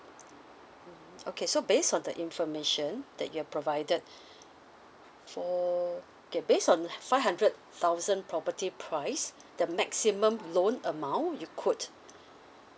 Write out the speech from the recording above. mmhmm okay so based on the information that you've provided f~ for K based on five hundred thousand property price the maximum loan amount you could